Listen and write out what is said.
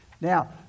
Now